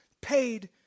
paid